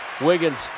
Wiggins